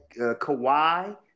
Kawhi